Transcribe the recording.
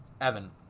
Evan